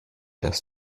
dass